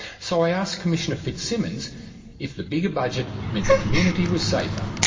so asked commissioner fitzsimmons if the bigger budget meant the community was safer.